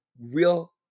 real